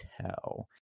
tell